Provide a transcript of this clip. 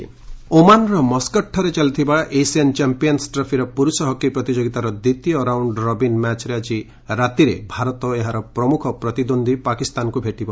hockey ଓମାନର ମସ୍କଟ୍ରେ ଚାଲିଥିବା ଏସିଆନ ଚମ୍ପିୟନ୍ସ ଟ୍ରଫିର ପୁରୁଷ ହକି ପ୍ରତିଯୋଗିତାର ଦ୍ୱିତୀୟ ରାଉଣ୍ଡ୍ ରବିନ୍ ମ୍ୟାଚ୍ରେ ଆଜି ରାତିରେ ଭାରତ ଏହାର ପ୍ରମୁଖ ପ୍ରତିଦ୍ୱନ୍ଦ୍ୱୀ ପାକିସ୍ତାନକୁ ଭେଟିବ